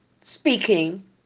speaking